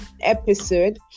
episode